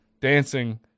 dancing